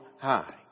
high